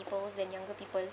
people than younger people